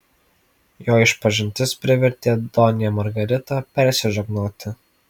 jo išpažintis privertė donją margaritą persižegnoti